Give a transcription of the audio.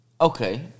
okay